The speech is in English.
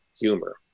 humor